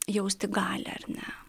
jausti galią ar ne